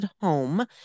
home